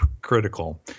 critical